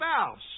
spouse